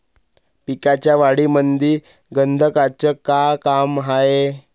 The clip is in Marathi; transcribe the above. पिकाच्या वाढीमंदी गंधकाचं का काम हाये?